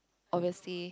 obviously